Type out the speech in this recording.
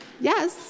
Yes